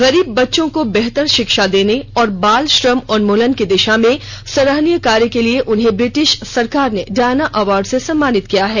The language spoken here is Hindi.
गरीब बच्चों को बेहतर षिक्षा देने और बाल श्रम उन्मूलन की दिषा में सराहनीय कार्य के लिए उन्हें ब्रिटिष सरकार ने डायना अवार्ड से सम्मानित किया है